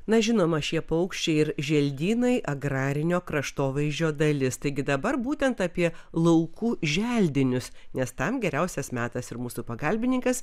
na žinoma šie paukščiai ir želdynai agrarinio kraštovaizdžio dalis taigi dabar būtent apie laukų želdinius nes tam geriausias metas ir mūsų pagalbininkas